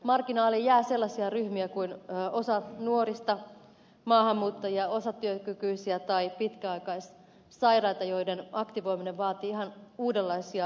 marginaaliin jää sellaisia ryhmiä kuin osa nuorista maahanmuuttajia osatyökykyisiä tai pitkäaikaissairaita joiden aktivoiminen vaatii ihan uudenlaisia lähestymistapoja